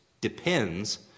depends